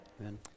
Amen